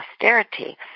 austerity